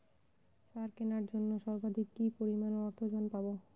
সার কেনার জন্য সর্বাধিক কি পরিমাণ অর্থ ঋণ পাব?